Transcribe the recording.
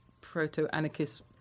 proto-anarchist